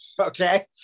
Okay